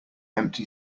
empty